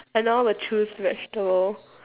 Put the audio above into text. I know how to choose vegetable